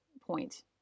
point